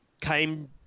came